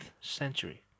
century